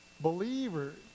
believers